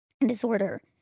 disorder